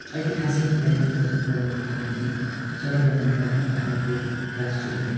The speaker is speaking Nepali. ऐतिहासिक व्यक्तित्वहरूको कुरा गर्नु पऱ्यो भने सर्वप्रथम त है भारतको राष्ट्रिय धुन